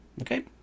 Okay